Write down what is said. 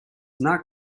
not